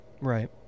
Right